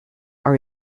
are